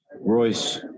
Royce